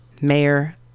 mayor